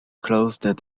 closed